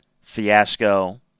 fiasco